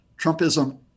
Trumpism